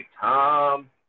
Tom